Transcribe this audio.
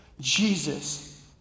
Jesus